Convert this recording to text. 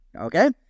okay